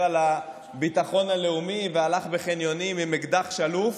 על הביטחון הלאומי והלך בחניונים עם אקדח שלוף